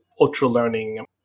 ultra-learning